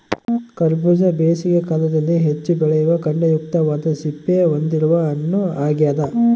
ಕರಬೂಜ ಬೇಸಿಗೆ ಕಾಲದಲ್ಲಿ ಹೆಚ್ಚು ಬೆಳೆಯುವ ಖಂಡಯುಕ್ತವಾದ ಸಿಪ್ಪೆ ಹೊಂದಿರುವ ಹಣ್ಣು ಆಗ್ಯದ